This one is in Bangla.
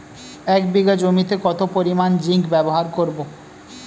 এক বিঘা জমিতে কত পরিমান জিংক ব্যবহার করব?